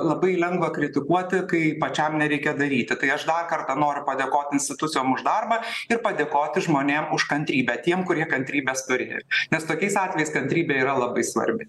labai lengva kritikuoti kai pačiam nereikia daryti tai aš dar kartą noriu padėkot institucijom už darbą ir padėkoti žmonėm už kantrybę tiem kurie kantrybės turėjo nes tokiais atvejais kantrybė yra labai svarbi